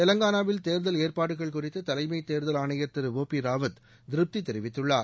தெலங்காளாவில் தேர்தல் ஏற்பாடுகள் குறித்து தலைமைத் தேர்தல் ஆணையர் திரு ஓ பி ராவத் திருப்தி தெரிவித்துள்ளார்